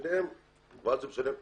הלוואי והייתם עוסקים במרץ בבקשות